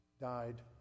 died